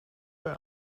bij